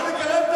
לא מתקרבת,